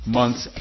months